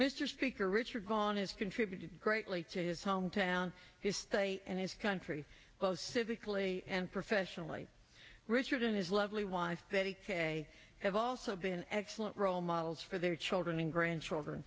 mr speaker richard gone has contributed greatly to his hometown his state and his country both civically and professionally richard and his lovely wife betty kaye have also been excellent role models for their children and grandchildren